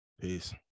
peace